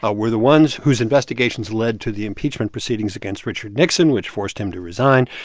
ah were the ones whose investigations led to the impeachment proceedings against richard nixon, which forced him to resign,